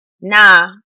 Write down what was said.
nah